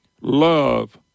love